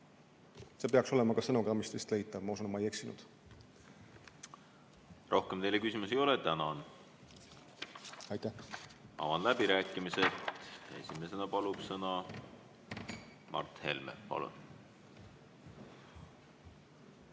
See peaks olema ka stenogrammist leitav. Ma usun, et ma ei eksinud. Rohkem teile küsimusi ei ole. Tänan! Avan läbirääkimised. Esimesena palub sõna Mart Helme. Palun!